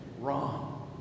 wrong